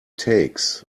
takes